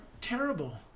terrible